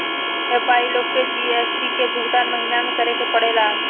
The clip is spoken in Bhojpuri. व्यापारी लोग के जी.एस.टी के भुगतान महीना में करे के पड़ेला